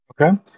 Okay